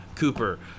Cooper